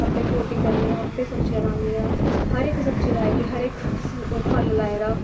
आपें गोड्डी करनी आं आपैं सब्जियां लान्नी आं हर इक सब्जी लाई दी हर इक फल लाए दा